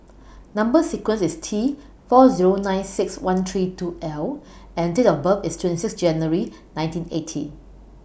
Number sequence IS T four Zero nine six one three two L and Date of birth IS twenty six January nineteen eighty